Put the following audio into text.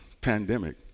pandemic